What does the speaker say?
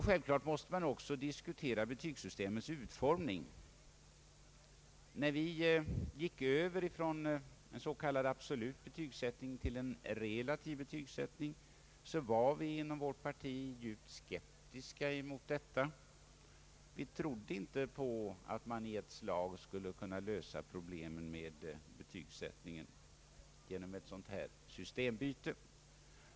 Självfallet måste man också diskutera betygssystemets utformning. När man gick över från s.k. absolut betygsättning till relativ betygsättning var vi inom vårt parti djupt skeptiska. Vi trodde inte på att man i ett slag skulle kunna lösa problemen med betygsättningen genom ett sådant systembyte.